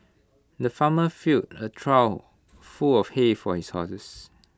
the farmer filled A trough full of hay for his horses